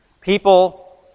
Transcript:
People